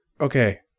Okay